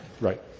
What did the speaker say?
right